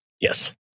Yes